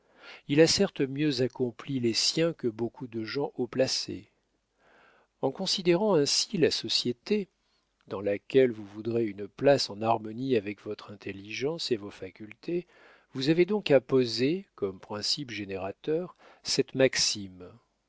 il a certes mieux accompli les siens que beaucoup de gens haut placés en considérant ainsi la société dans laquelle vous voudrez une place en harmonie avec votre intelligence et vos facultés vous avez donc à poser comme principe générateur cette maxime